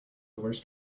worst